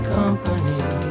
company